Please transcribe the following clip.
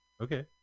Okay